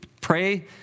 pray